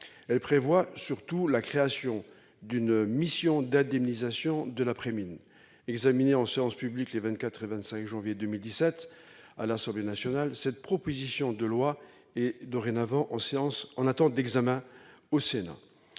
Elle prévoit, surtout, la création d'une mission d'indemnisation de l'après-mine. Examinée en séance publique les 24 et 25 janvier 2017 à l'Assemblée nationale, cette proposition de loi est dorénavant en attente d'examen au Sénat.